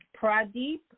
Pradeep